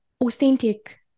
authentic